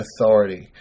authority